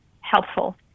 helpful